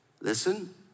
Listen